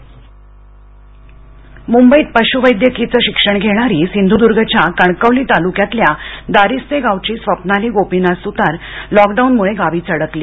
स्वप्नाली मुंबईत पशुवैद्यकीचं शिक्षण घेणारीसिंधुदुर्गच्या कणकवली तालुक्यातल्या दारिस्ते गावची स्वप्नाली गोपीनाथ सुतार लॉकडाऊनमुळे गावीच अडकली